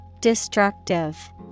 Destructive